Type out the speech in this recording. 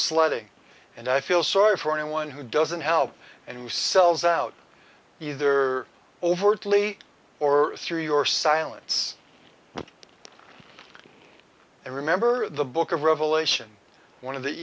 sledding and i feel sorry for anyone who doesn't help and who sells out either overtly or through your silence and remember the book of revelation one of the